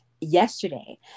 yesterday